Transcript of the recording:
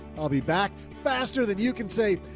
i'll be back faster than you can say,